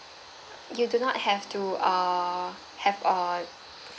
you do not have to uh have a